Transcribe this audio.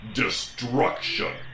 destruction